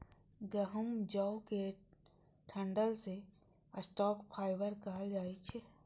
गहूम, जौ के डंठल कें स्टॉक फाइबर कहल जाइ छै